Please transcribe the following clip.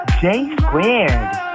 J-squared